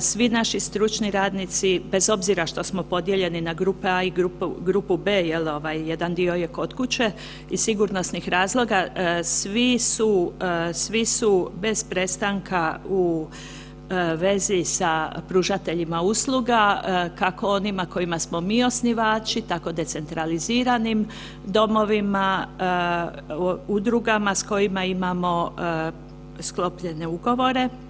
svi naši stručni radnici bez obzira što smo podijeljeni na grupu A i grupu B jel ovaj, jedan dio je kod kuće iz sigurnosni razloga, svi su, svi su bez prestanka u vezi sa pružateljima usluga, kako onima kojima smo mi osnivači, tako decentraliziranim domovima, udrugama s kojima imamo sklopljene ugovore.